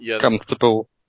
comfortable